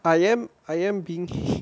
I am I am being